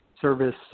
service